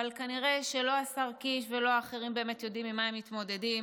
אבל כנראה שלא השר קיש ולא האחרים באמת יודעים עם מה הם מתמודדים,